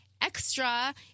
Extra